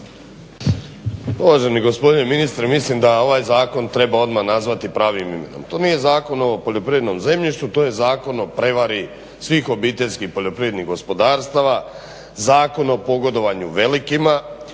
Uvaženi gospodine ministre mislim da ovaj zakon treba odmah nazvati pravim imenom. To nije Zakon o poljoprivrednom zemljištu to je zakon o prevari svih obiteljskih poljoprivrednih gospodarstava, zakon o pogodovanju velikima,